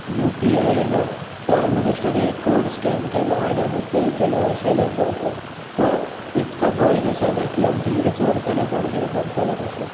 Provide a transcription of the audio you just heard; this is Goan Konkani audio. युपीआय येयला सो आमी बेश्टो थंय कोड सो आमी बेश्टो थंय कोड स्कॅन केलो आनी आमी पे केलें अशें जाता आतां सो इतको भंय दिसना की आमचें कितें चोरतले कोण कितें करतले कशें